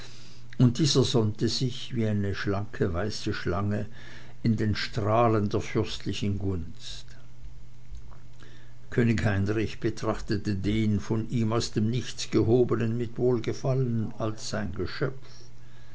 und dieser sonnte sich wie eine schlanke weiße schlange in den strahlen der fürstlichen gunst könig heinrich betrachtete den von ihm aus dem nichts gehobenen mit wohlgefallen als sein geschöpf